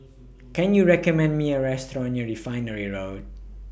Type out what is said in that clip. Can YOU recommend Me A Restaurant near Refinery Road